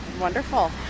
Wonderful